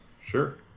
Sure